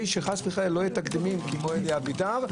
שחלילה לא יהיו תקדימים כמו אלי אבידר,